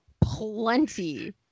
plenty